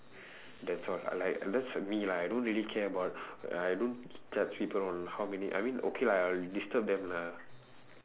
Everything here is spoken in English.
that's all like that's me lah I don't really care about like I don't judge people on how many I mean okay lah I'll disturb them lah